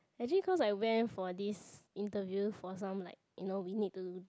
actually cause I went for this interview for some like you know we need to